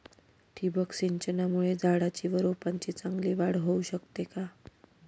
ठिबक सिंचनामुळे झाडाची व रोपांची चांगली वाढ होऊ शकते का?